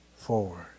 forward